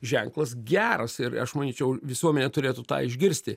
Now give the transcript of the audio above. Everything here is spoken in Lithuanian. ženklas geras ir aš manyčiau visuomenė turėtų tą išgirsti